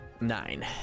Nine